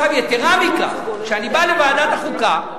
עכשיו, יתירה מכך, כשאני בא לוועדת החוקה,